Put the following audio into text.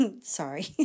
Sorry